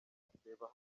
reba